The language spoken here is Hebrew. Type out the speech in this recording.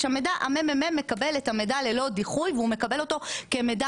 המידע המ.מ.מ מקבל את המידע ללא דיחוי והוא מקבל אותו כמידע